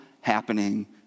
happening